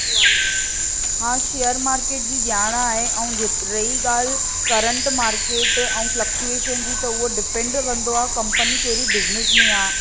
हा share market जी ॼाण आहे ऐं जे रही ॻाल्हि करंट मार्केट ऐं फ्लक्चुएशन जी त उहो डिपेंड कंदो आहे कंपनी कहिड़ी बिज़नेस में आहे